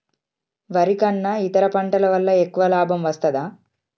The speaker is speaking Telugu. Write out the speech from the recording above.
వరి కన్నా ఇతర పంటల వల్ల ఎక్కువ లాభం వస్తదా?